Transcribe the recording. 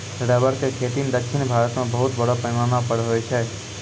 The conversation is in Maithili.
रबर के खेती दक्षिण भारत मॅ बहुत बड़ो पैमाना पर होय छै